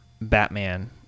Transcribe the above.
Batman